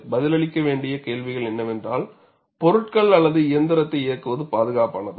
பதிலளிக்க வேண்டிய கேள்விகள் என்னவென்றால்பொருட்கள் அல்லது இயந்திரத்தை இயக்குவது பாதுகாப்பானதா